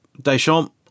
Deschamps